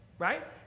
Right